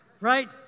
Right